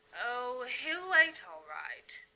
oh, he'll wait all right.